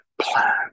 plan